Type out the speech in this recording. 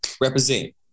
Represent